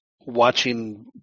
watching